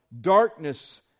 darkness